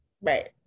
right